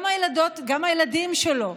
גם הילדים שלו,